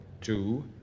two